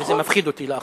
וזה מפחיד אותי לאחרונה.